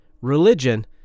Religion